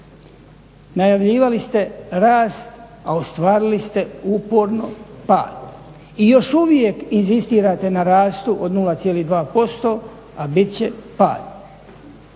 Najavljivali ste rast, a ostvarili ste uporno pad i još uvijek inzistirate na rastu od 0,2%, a bit će pad.